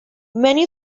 many